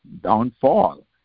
downfall